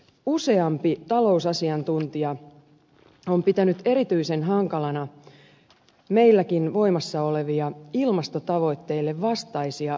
useampi talousasiantuntija on pitänyt erityisen hankalana meilläkin voimassa olevia ilmastotavoitteille vastaisia veroetuuksia